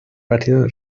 partido